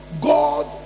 God